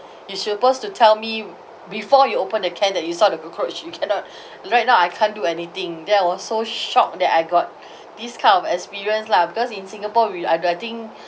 you suppose to tell me before you open the can that you saw the cockroach you cannot right now I can't do anything then I was so shocked that I got these kind of experience lah because in singapore we are getting